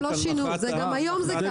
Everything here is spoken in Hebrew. --- לא, את זה הם לא שינו, גם היום זה ככה.